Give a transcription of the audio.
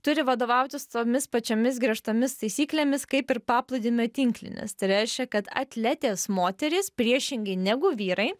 turi vadovautis tomis pačiomis griežtomis taisyklėmis kaip ir paplūdimio tinklinis tai reiškia kad atletės moterys priešingai negu vyrai